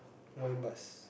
why bus